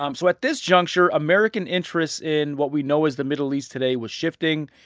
um so at this juncture, american interests in what we know as the middle east today was shifting.